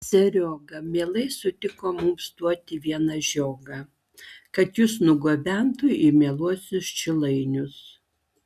serioga mielai sutiko mums duoti vieną žiogą kad jus nugabentų į mieluosius šilainius